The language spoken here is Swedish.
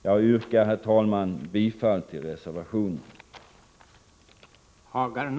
Jag yrkar bifall till reservationen.